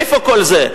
איפה כל זה?